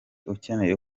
ukeneye